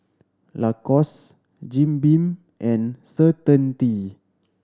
Lacoste Jim Beam and Certainty